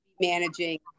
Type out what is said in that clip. managing